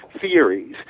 theories